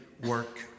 work